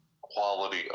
quality